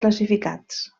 classificats